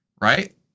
right